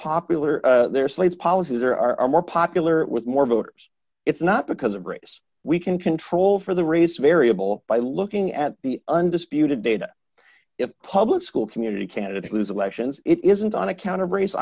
popular their slates policies or are more popular with more voters it's not because of race we can control for the race variable by looking at the undisputed data if public school community candidates lose elections it isn't on account of race